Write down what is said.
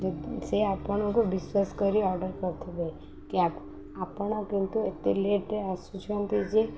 ସେ ଆପଣଙ୍କୁ ବିଶ୍ୱାସ କରି ଅର୍ଡ଼ର କରିଥିବେ କ୍ୟାବ୍ ଆପଣ କିନ୍ତୁ ଏତେ ଲେଟରେ ଆସୁଛନ୍ତି ଯେ